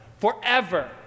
Forever